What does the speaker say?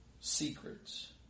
secrets